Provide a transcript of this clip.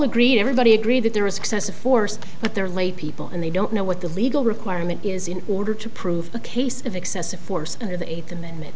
agreed everybody agreed that there was excessive force but they're laypeople and they don't know what the legal requirement is in order to prove a case of excessive force under the eighth a